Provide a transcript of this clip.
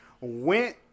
went